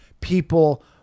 people